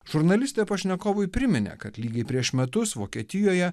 žurnalistė pašnekovui priminė kad lygiai prieš metus vokietijoje